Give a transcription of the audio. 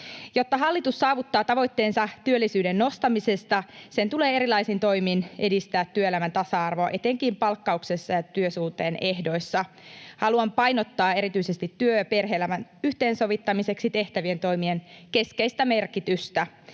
Jotta hallitus saavuttaa tavoitteensa työllisyyden nostamisesta, sen tulee erilaisin toimin edistää työelämän tasa-arvoa etenkin palkkauksessa ja työsuhteen ehdoissa. Haluan painottaa erityisesti työ- ja perhe-elämän yhteensovittamiseksi tehtävien toimien keskeistä merkitystä